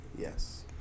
Yes